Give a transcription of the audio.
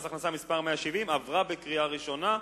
הכנסה (מס' 170) עברה בקריאה ראשונה,